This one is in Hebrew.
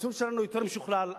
הייצור שלנו יותר משוכלל,